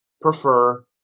prefer